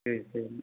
சரி சரிங்க